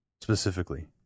specifically